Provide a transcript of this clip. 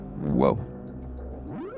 Whoa